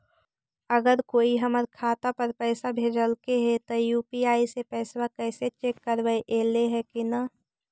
अगर कोइ हमर खाता पर पैसा भेजलके हे त यु.पी.आई से पैसबा कैसे चेक करबइ ऐले हे कि न?